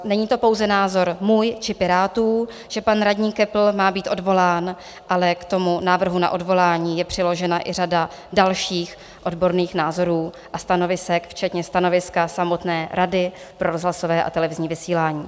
Není to pouze názor můj či Pirátů, že pan radní Köppl má být odvolán, ale k tomu návrhu na odvolání je přiložena i řada dalších odborných názorů a stanovisek, včetně stanoviska samotné Rady pro rozhlasové a televizní vysílání.